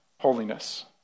holiness